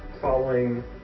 following